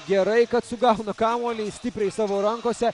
gerai kad sugauna kamuolį stipriai savo rankose